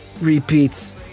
repeats